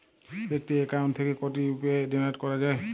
একটি অ্যাকাউন্ট থেকে কটি ইউ.পি.আই জেনারেট করা যায়?